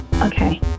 okay